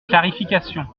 clarification